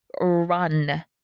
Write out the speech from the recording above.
run